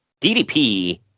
DDP